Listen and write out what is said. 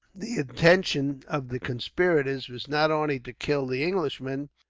the intention of the conspirators was not only to kill the englishman,